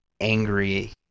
angry